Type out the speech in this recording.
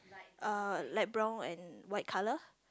uh light brown and white colour